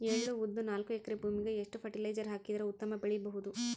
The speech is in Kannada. ಎಳ್ಳು, ಉದ್ದ ನಾಲ್ಕಎಕರೆ ಭೂಮಿಗ ಎಷ್ಟ ಫರಟಿಲೈಜರ ಹಾಕಿದರ ಉತ್ತಮ ಬೆಳಿ ಬಹುದು?